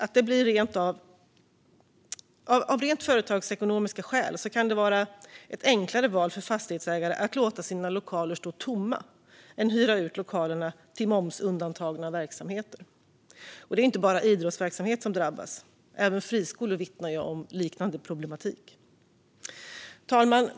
Av rent företagsekonomiska skäl kan det vara ett enklare val för fastighetsägare att låta deras lokaler stå tomma än att hyra ut lokalerna till momsundantagna verksamheter. Det är inte bara idrottsverksamhet som drabbats. Även friskolor vittnar om liknande problematik. Fru talman!